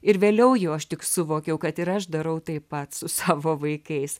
ir vėliau jau aš tik suvokiau kad ir aš darau taip pat su savo vaikais